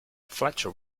fletcher